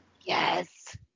Yes